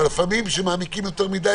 אבל לפעמים כשמעמיקים יותר מדי,